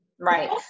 right